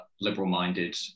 liberal-minded